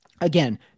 Again